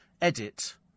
edit